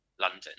London